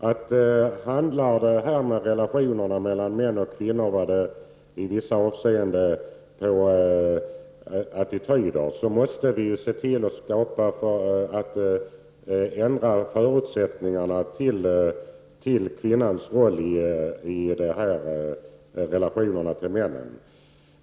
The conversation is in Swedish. Om detta med relationer mellan män och kvinnor i vissa avseenden handlar om attityder, måste vi se till att ändra förutsättningarna för kvinnans roll i relation till männen.